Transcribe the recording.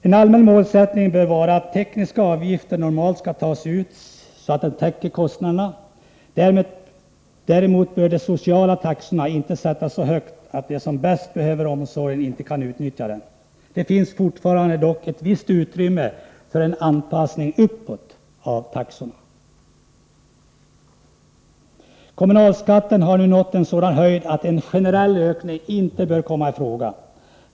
En allmän målsättning bör vara att de tekniska avgifterna normalt skall täcka kostnaderna. Däremot bör de sociala taxorna inte ligga så högt att de som bäst behöver omsorgen inte kan få den. Det finns dock fortfarande ett visst utrymme för en anpassning uppåt av taxorna. Kommunalskatten har nu nått en sådan höjd att en generell ökning inte bör komma i fråga.